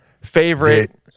favorite